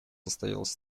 состоялась